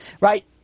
right